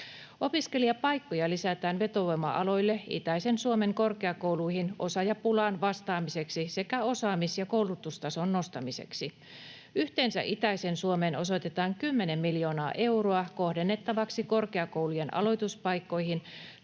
Opiskelijapaikkoja lisätään vetovoima-aloille itäisen Suomen korkeakouluihin osaajapulaan vastaamiseksi sekä osaamis- ja koulutustason nostamiseksi. Yhteensä itäiseen Suomeen osoitetaan kymmenen miljoonaa euroa kohdennettavaksi korkeakoulujen aloituspaikkoihin,